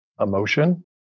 emotion